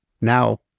now